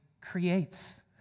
creates